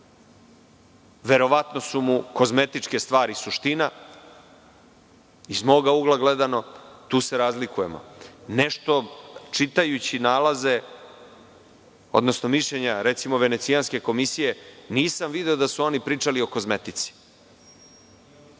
verovatno su kozmetičke stvari suština, iz mog ugla gledano, tu se razlikujemo, a nešto čitajući nalaze, odnosno mišljenja Venecijanske komisije, nisam video da su oni pričali o kozmetici. Prilično